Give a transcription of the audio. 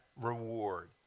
reward